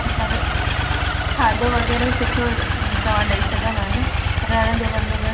अच्छा त खाधो वग़ैरह सुठो तव्हां ॾई सघंदा न रहण जो बंदोबस्तु